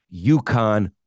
UConn